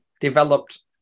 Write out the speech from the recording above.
developed